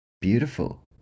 beautiful